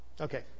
Okay